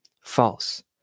false